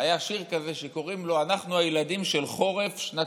היה שיר כזה שקוראים לו "אנחנו הילדים של חורף שנת